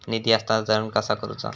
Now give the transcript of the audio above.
निधी हस्तांतरण कसा करुचा?